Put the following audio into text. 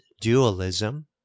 dualism